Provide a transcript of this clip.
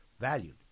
valued